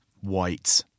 white